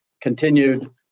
continued